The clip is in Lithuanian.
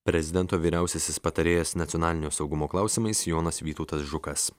prezidento vyriausiasis patarėjas nacionalinio saugumo klausimais jonas vytautas žukas